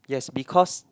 yes because